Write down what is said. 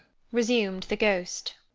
resumed the ghost,